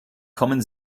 kommen